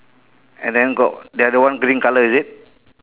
and then got the other one green colour is it